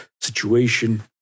situation